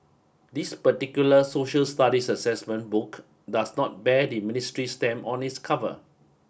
this particular Social Studies Assessment Book does not bear the ministry's stamp on its cover